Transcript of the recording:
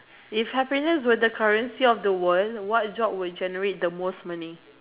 if happiness were the currency of the world what job would generate the most money